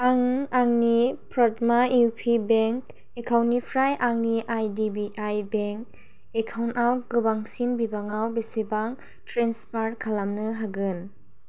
आं आंनि Prathama UP bank एकाउन्टनिफ्राय आंनि I D B I bank account आव गोबांसिन बिबाङाव बेसेबां ट्रेन्सफार खालामनो हागोन